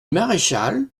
maréchal